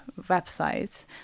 websites